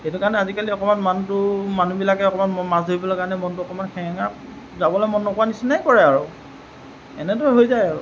সেইটো কাৰণে আজিকালি অকমান মানটো মানুহবিলাকে অকমান মাছ ধৰিবলৈ অকমান মনটো হেৰেঙা কৰে যাবলে মন নকৰা নিচিনাই কৰে আৰু এনেদৰে হৈ যায় আৰু